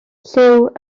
lliw